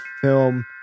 film